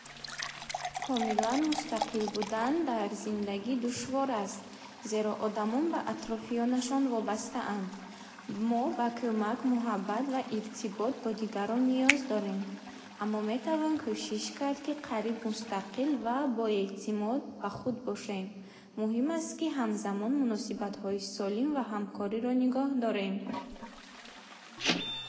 Комилан мустақил будан дар зиндагӣ душвор аст, зеро одамон ба атрофиёнашон вобастаанд. Мо ба кӯмак, муҳаббат ва иртибот бо дигарон ниёз дорем. Аммо метавон кӯшиш кард, ки қариб мустақил ва боэътимод ба худ бошем. Муҳим аст, ки ҳамзамон муносибатҳои солим ва ҳамкориро нигоҳ дорем.